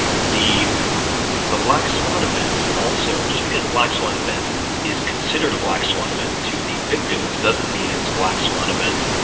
the the black swan events also. just because a black swan event is considered a black swan event to the victims doesn't mean it's black swan event,